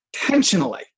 intentionally